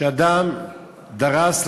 אדם דרס,